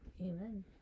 amen